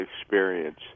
experience